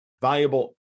valuable